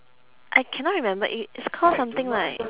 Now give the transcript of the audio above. I cannot remember it it's called something like